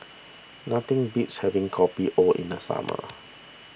nothing beats having Kopi O in the summer